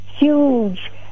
Huge